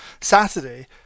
Saturday